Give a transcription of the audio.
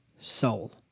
soul